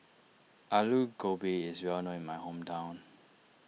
Aloo Gobi is well known in my hometown